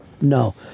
No